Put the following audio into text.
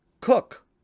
Cook